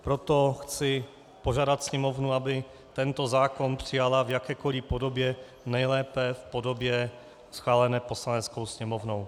Proto chci požádat Sněmovnu, aby tento zákon přijala v jakékoli podobě, nejlépe v podobě schválené Poslaneckou sněmovnou.